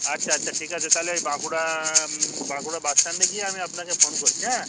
আচ্ছা আচ্ছা ঠিক আছে তাহলে ওই বাঁকুড়া বাঁকুড়া বাস স্ট্যান্ডে গিয়ে আমি আপনাকে ফোন করছি হ্যাঁ